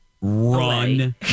run